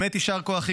באמת יישר כוח,